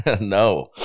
No